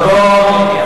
א.